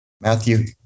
Matthew